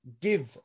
give